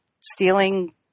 stealing